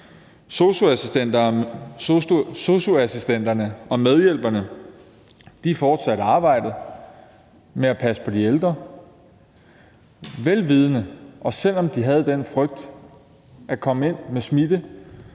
Sosu-assistenterne og medhjælperne fortsatte, vel vidende, arbejdet med at passe på de ældre, også selv om de havde den frygt at komme ind med smitte